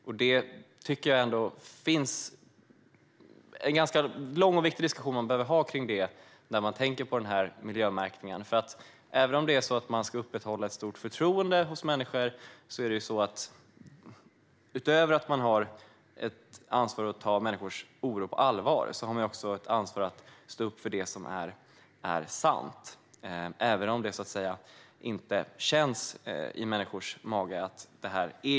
Man behöver ha en ganska lång och viktig diskussion kring det, när man tänker på den här miljömärkningen. Även om man ska upprätthålla ett stort förtroende hos människor har man utöver ett ansvar att ta människors oro på allvar också ett ansvar för att stå upp för det som är sant - även om det inte intuitivt känns sant i människors magar.